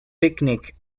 picnic